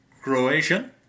Croatian